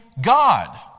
god